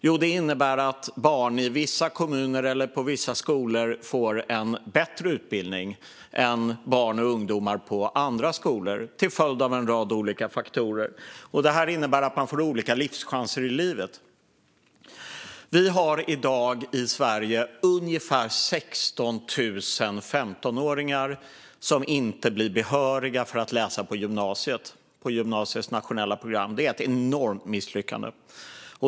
Jo, det innebär att barn i vissa kommuner eller i vissa skolor får en bättre utbildning än barn och ungdomar i andra skolor, till följd av en rad olika faktorer. Och detta innebär att man får olika livschanser i livet. Vi har i dag i Sverige ungefär 16 000 15-åringar som inte blir behöriga att läsa på gymnasiets nationella program. Det är ett enormt misslyckande.